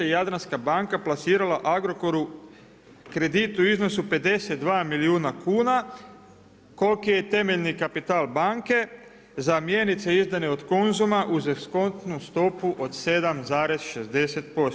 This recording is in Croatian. Jadranska banka plasirala Agrokoru kredit u iznosu 52 milijuna kuna koliko je temeljni kapital banke, za mjenice izdane od Konzuma uz eskontnu stopu od 7,60%